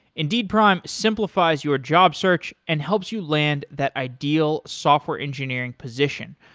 indeed prime simplifies your job search and helps you land that ideal software engineering position.